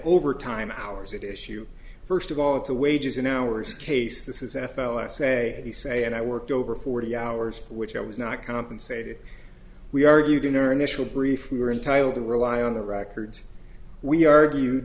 overtime hours it issue first of all it's a wages in our case this is f l i say he say and i worked over forty hours which i was not compensated we argued international brief we were entitled to rely on the records we argue